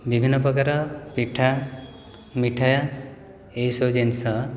ବିଭିନ୍ନ ପ୍ରକାର ପିଠା ମିଠା ଏହିସବୁ ଜିନିଷ